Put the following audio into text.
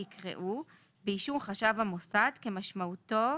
יקראו "באישור חשב המוסד כמשמעותו